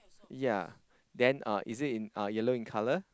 ya then uh is it in uh yellow in colour